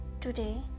Today